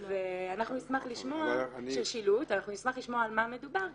אנחנו נשמח לשמוע על מה מדובר.